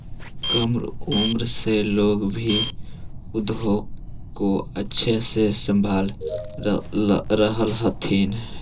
कम उम्र से लोग भी उद्योग को अच्छे से संभाल रहलथिन हे